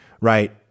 right